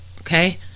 okay